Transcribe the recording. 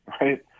right